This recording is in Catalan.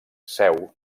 seu